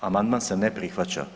Amandman se ne prihvaća.